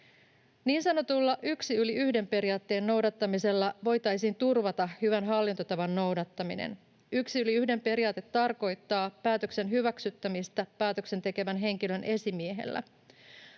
Niin sanotun yksi yli yhden ‑periaatteen noudattamisella voitaisiin turvata hyvän hallintotavan noudattaminen. Yksi yli yhden ‑periaate tarkoittaa päätöksen hyväksyttämistä päätöksen tekevän henkilön esimiehellä.